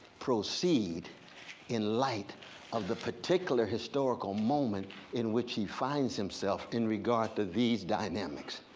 proceed in light of the particular historical moment in which he finds himself, in regard to these dynamics.